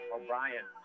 O'Brien